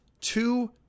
two